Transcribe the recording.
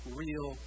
real